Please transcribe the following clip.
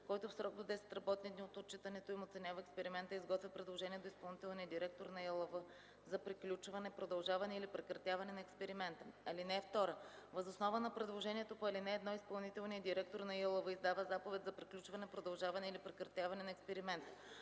който в срок до 10 работни дни от отчитането им оценява експеримента и изготвя предложение до изпълнителния директор на ИАЛВ за приключване, продължаване или прекратяване на експеримента. (2) Въз основа на предложението по ал. 1 изпълнителният директор на ИАЛВ издава заповед за приключване, продължаване или прекратяване на експеримента.